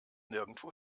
nirgendwo